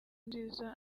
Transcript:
nziza